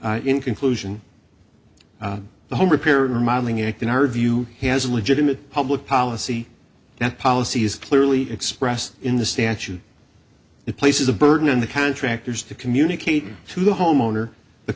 conclusion the repaired remodelling act in our view has a legitimate public policy that policy is clearly expressed in the statute it places a burden on the contractors to communicate to the homeowner the